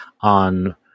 on